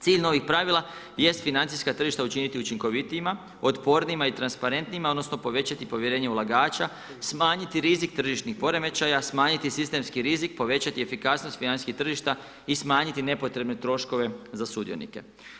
Cilj novih pravila jest financijska tržišta učiniti učinkovitijima, otpornijima i transparentnima, odnosno povećati povjerenje ulagača, smanjiti rizik tržišnih poremećaja, smanjiti sistemski rizik, povećati efikasnost financijskih tržišta i smanjiti nepotrebne troškove za sudionike.